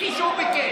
כפי שהוא ביקש.